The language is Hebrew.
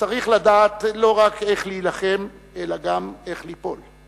"צריך לדעת לא רק איך להילחם, אלא גם איך ליפול.